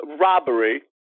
robbery